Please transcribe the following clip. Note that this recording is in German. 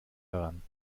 heran